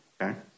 Okay